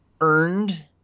earned